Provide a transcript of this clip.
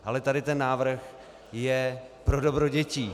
Ale tady ten návrh je pro dobro dětí.